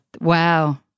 wow